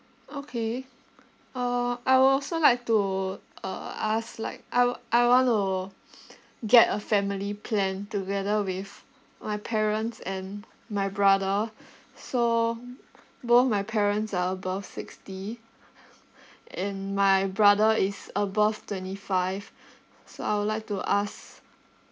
okay uh I would also like to uh ask like I w~ I want to get a family plan together with my parents and my brother so both my parents are above sixty and my brother is above twenty five so I would like to ask